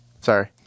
Sorry